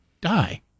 die